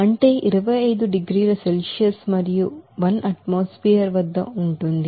అంటే 25 డిగ్రీల సెల్సియస్ మరియు ఒక వాతావరణం వద్ద ఉంటుంది